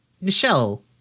Michelle